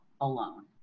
alone